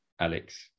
alex